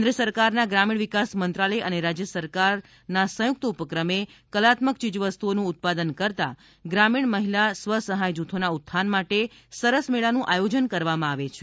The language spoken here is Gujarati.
કેન્દ્ર સરકારના ગ્રામીણ વિકાસ મંત્રાલય અને રાજ્ય સરકાર અને સંયુક્ત ઉપક્રમે કલાત્મક ચીજવસ્તુઓનું ઉત્પાદન કરતાં ગ્રામીણ મહિલા સ્વ સહાય જૂથોના ઉત્થાન માટે સરસ મેળાનું આયોજન કરવામાં આવે છે